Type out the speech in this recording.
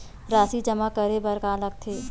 राशि जमा करे बर का का लगथे?